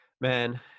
man